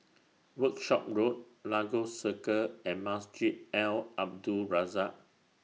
Workshop Road Lagos Circle and Masjid Al Abdul Razak